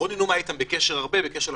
רוני נומה היה אתם בקשר הרבה בקשר בכותל,